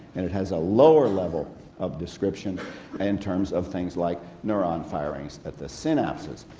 and it has a lower level of description in terms of things like neurone firings at the synapses.